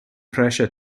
pressure